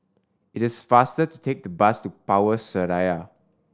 it is faster to take the bus to Power Seraya